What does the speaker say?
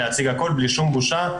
להציג הכל בלי שום בושה.